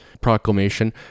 proclamation